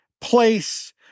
place